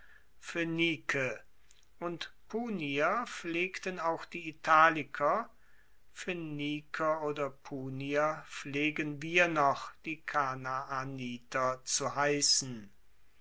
und punier pflegten auch die italiker phoeniker oder punier pflegen wir noch die kanaaniter zu heissen